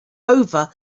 over